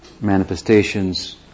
manifestations